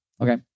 Okay